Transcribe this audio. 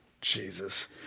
Jesus